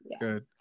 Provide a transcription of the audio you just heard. good